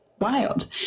wild